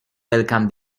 welcome